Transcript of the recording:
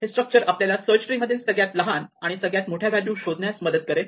हे स्ट्रक्चर आपल्याला search tree मधील सगळ्यात लहान आणि सगळ्यात मोठी व्हॅल्यू शोधण्यास मदत करेल